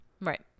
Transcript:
Right